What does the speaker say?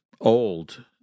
old